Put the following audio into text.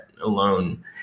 alone